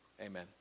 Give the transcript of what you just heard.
amen